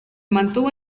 mantuvo